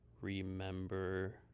remember